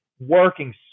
working